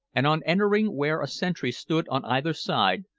and on entering where a sentry stood on either side,